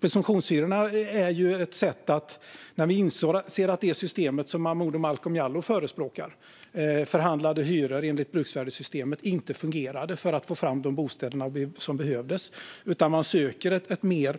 Presumtionshyror handlar om att vi inser att det system som Momodou Malcolm Jallow förespråkar - förhandlade hyror enligt bruksvärdessystemet - inte fungerar för att få fram de bostäder som behövs. Då söker man ett mer